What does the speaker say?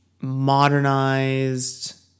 modernized